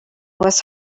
was